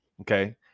Okay